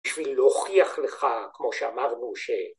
בשביל להוכיח לך, כמו שאמרנו, ש...